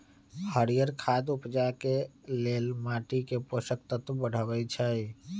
हरियर खाद उपजाके लेल माटीके पोषक तत्व बढ़बइ छइ